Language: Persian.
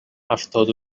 هفتاد